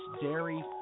dairy